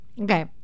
okay